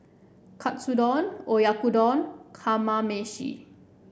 Katsudon Oyakodon Kamameshi